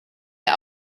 der